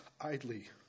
idly